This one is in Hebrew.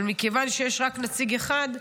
אבל מכיוון שיש רק נציג אחד,